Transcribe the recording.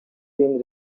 been